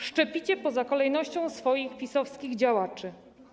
Szczepicie poza kolejnością swoich PiS-owskich działaczy.